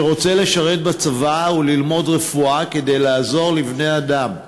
שרוצה לשרת בצבא וללמוד רפואה כדי לעזור לבני-אדם.